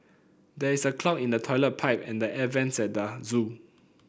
there is a clog in the toilet pipe and the air vents at the zoo